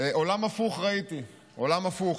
עולם הפוך ראיתי, עולם הפוך.